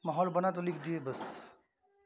माहौल बना तो लिख दिए बस